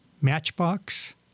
Matchbox